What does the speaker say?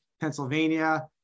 Pennsylvania